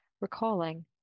recalling